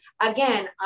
again